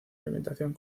alimentación